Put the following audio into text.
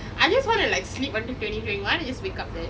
I just want to like sleep until twenty twenty one and just wake up then